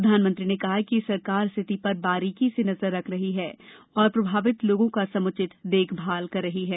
प्रधानमंत्री ने कहा कि सरकार स्थिति पर बारीकी से नजर रख रही है और प्रभावित लोगों का समुचित देखभाल सुनिश्चित कर रही है